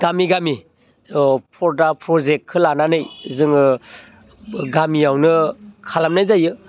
गामि गामि ओ फरदा प्रजेक्टखो लानानै जोङो गामियावनो खालामनाय जायो